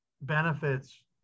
benefits